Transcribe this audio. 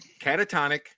catatonic